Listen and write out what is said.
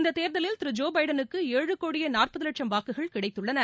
இந்த தேர்தலில் திரு ஜோ எபடனுக்கு ஏழு கோடியே நாற்பது லட்சம் வாக்குகள் கிடைத்துள்ளன